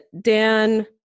dan